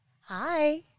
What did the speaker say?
Hi